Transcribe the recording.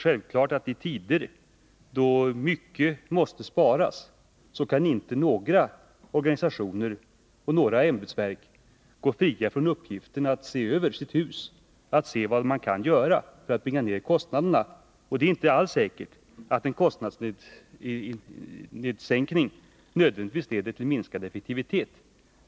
I tider då mycket måste sparas är det också självklart att inga ämbetsverk bör frias från uppgiften att se över vad de kan göra för att bringa ned kostnaderna. Och det är inte heller säkert att en kostnadssänkning leder till minskad effektivitet.